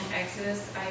Exodus